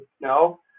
No